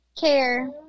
care